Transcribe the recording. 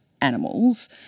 animals